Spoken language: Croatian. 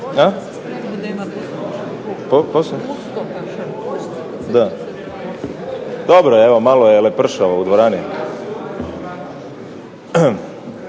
ne možemo ništa. Dobro, evo malo je lepršavo u dvorani.